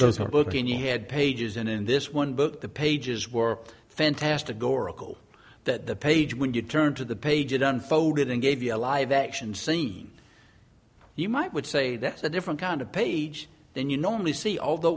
doesn't look in your head pages and in this one book the pages were fantastic go oracle that the page when you turn to the page it unfolded and gave you a live action scene you might would say that's a different kind of page than you normally see al